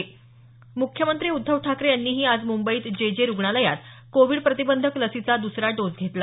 म्ख्यमंत्री उद्धव ठाकरे यांनीही आज मुंबईत जे जे रुग्णालयात कोविड प्रतिबंधक लसीचा दुसरा डोस घेतला